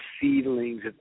seedlings